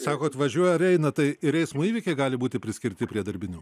sakot važiuoja ar eina tai ir eismo įvykiai gali būti priskirti prie darbinių